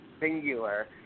singular